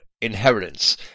inheritance